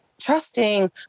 trusting